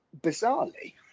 bizarrely